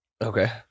Okay